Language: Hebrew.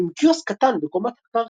ועם קיוסק קטן בקומת הקרקע.